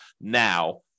now